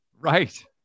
Right